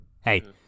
Hey